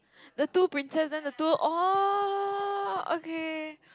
the two princess then the two oh okay